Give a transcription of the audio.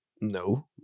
No